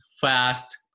fast